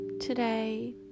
today